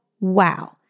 Wow